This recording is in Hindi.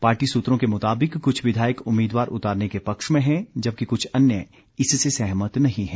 पार्टी सूत्रों के मुताबिक कुछ विधायक उम्मीदवार उतारने के पक्ष में है जबकि कुछ अन्य इससे सहमत नहीं है